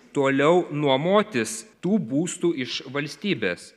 tuoliau nuomotis tų būstų iš valstybės